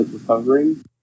recovering